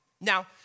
Now